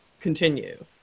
continue